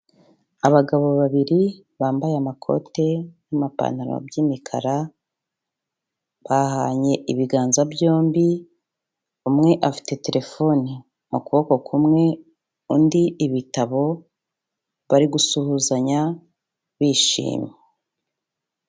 Abagabo babiri bambaye amakote n'amapantaro by'imikara, bahanye ibiganza byombi, umwe afite telefone mu kuboko kumwe, undi ibitabo, bari gusuhuzanya bishimye.